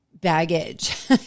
baggage